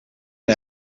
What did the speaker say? een